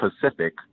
Pacific